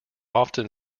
often